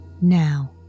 Now